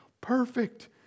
Perfect